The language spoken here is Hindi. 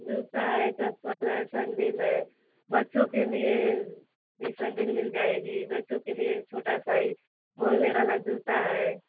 जूता है चप्पल है संडील है बच्चों के लिए भी मिल जाएगी बच्चों के लिए छोटा सा ही बोलने वाला जूता है